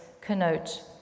connote